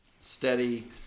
steady